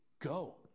go